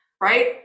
right